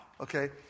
Okay